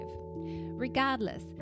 regardless